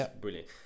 brilliant